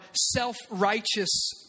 self-righteous